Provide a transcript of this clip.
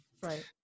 right